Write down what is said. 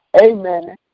Amen